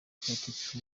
politiki